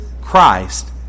Christ